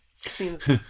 seems